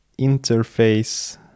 interface